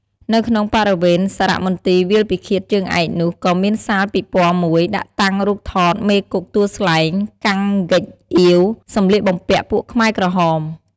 នៅក្នុងបរិវេណសារមន្ទីរវាលពិឃាតជើងឯកនោះ ក៏មានសាលពិព័រណ៍មួយ ដាក់តាំងរូបថតមេគុកទួលស្លែង កាំង ហ្គេចអៀវ សម្លៀកបំពាក់ពួកខ្មែរក្រហម។